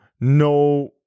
no